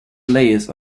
layers